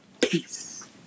Peace